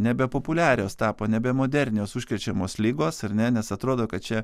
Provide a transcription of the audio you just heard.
nebepopuliarios tapo nebe modernios užkrečiamos ligos ar ne nes atrodo kad čia